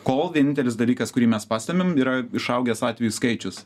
kol vienintelis dalykas kurį mes pastebim yra išaugęs atvejų skaičius